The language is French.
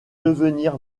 devenir